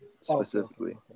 specifically